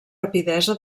rapidesa